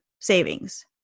savings